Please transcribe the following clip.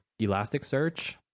Elasticsearch